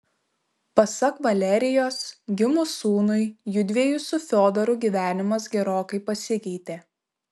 pasak valerijos gimus sūnui judviejų su fiodoru gyvenimas gerokai pasikeitė